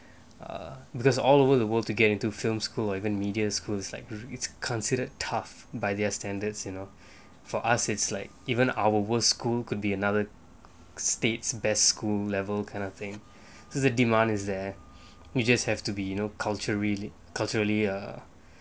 err because all over the world to get into film school or even media schools like it's considered tough by their standards you know for us it's like even our worst school could be another state's best school level kind of thing because the demand is there you just have to be you know culturally culturally err